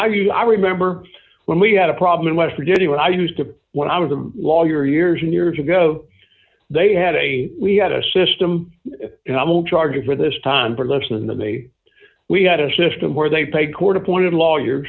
mean i remember when we had a problem in west virginia when i used to when i was a lawyer years and years ago they had a we had a system and i will charge you for this time for less than the day we had a system where they paid court appointed lawyer